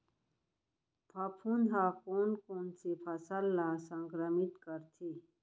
फफूंद ह कोन कोन से फसल ल संक्रमित करथे?